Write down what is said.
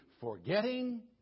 forgetting